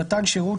שנתן שירות,